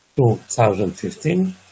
2015